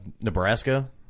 Nebraska